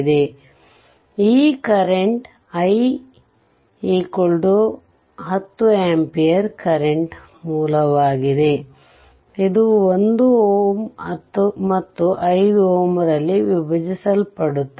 ಆದ್ದರಿಂದ ಈ current i 10 ampere current ಮೂಲವಾಗಿದೆ ಇದು 1 Ω ಮತ್ತು 5Ω ರಲ್ಲಿ ವಿಭಜಿಸಲ್ಪಡುತ್ತದೆ